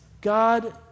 God